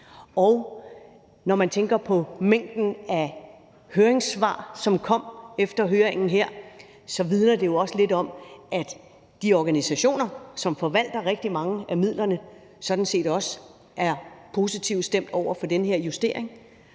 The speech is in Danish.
Og når man tænker på mængden af høringssvar, som kom i høringen her, vidner det jo også lidt om, at de organisationer, som forvalter rigtig mange af midlerne, sådan set også er positivt stemt over for den her justering.